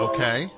Okay